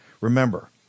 Remember